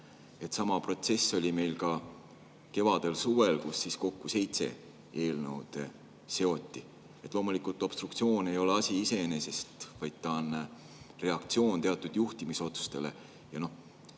Sama protsess oli meil ka kevadel-suvel, kui [usaldusega] seoti kokku seitse eelnõu. Loomulikult obstruktsioon ei ole asi iseeneses, vaid ta on reaktsioon teatud juhtimisotsustele.